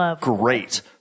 great